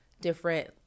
different